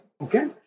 Okay